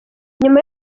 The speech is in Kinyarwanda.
nyuma